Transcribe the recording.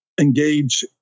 engage